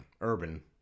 urban